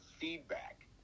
feedback